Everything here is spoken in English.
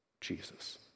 Jesus